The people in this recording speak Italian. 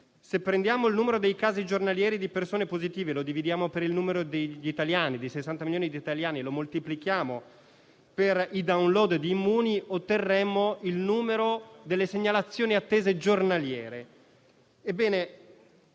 Se prendiamo il numero dei casi giornalieri di persone positive, lo dividiamo per il numero degli italiani (60 milioni) e lo moltiplichiamo per i *download* di Immuni, otteniamo il numero delle segnalazioni attese giornaliere.